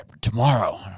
tomorrow